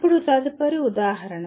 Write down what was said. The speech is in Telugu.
ఇప్పుడు తదుపరిది ఉదాహరణ